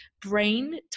brain